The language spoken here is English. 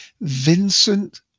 Vincent